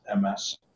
MS